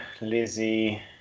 Lizzie